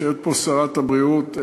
יושבת פה שרת הבריאות,